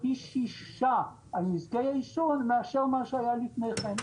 פי 6 על נזקי העישון מאשר היה לפני כן.